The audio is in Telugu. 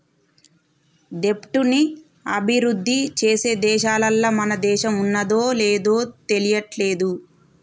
దెబ్ట్ ని అభిరుద్ధి చేసే దేశాలల్ల మన దేశం ఉన్నాదో లేదు తెలియట్లేదు